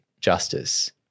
justice